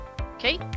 Okay